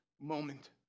moment